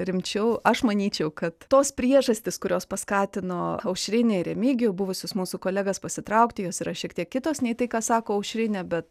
rimčiau aš manyčiau kad tos priežastys kurios paskatino aušrinę ir remigijų buvusius mūsų kolegas pasitraukti jos yra šiek tiek kitos nei tai ką sako aušrinė bet